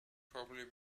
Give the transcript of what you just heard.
probably